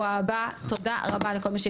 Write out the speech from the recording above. ונתראה שבוע הבא תודה רבה לכל מי שהגיע.